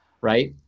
Right